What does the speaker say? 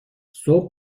صبح